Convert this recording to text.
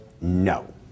no